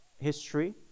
history